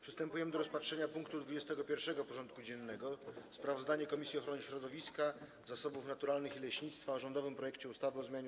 Przystępujemy do rozpatrzenia punktu 21. porządku dziennego: Sprawozdanie Komisji Ochrony Środowiska, Zasobów Naturalnych i Leśnictwa o rządowym projekcie ustawy o zmianie